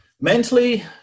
mentally